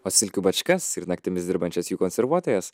o silkių bačkas ir naktimis dirbančias jų konservuotojas